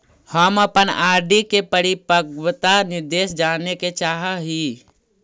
हम अपन आर.डी के परिपक्वता निर्देश जाने के चाह ही